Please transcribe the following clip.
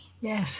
Yes